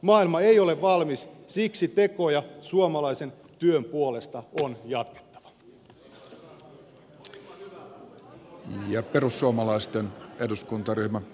maailma ei ole valmis siksi tekoja suomalaisen työn puolesta on jatkettava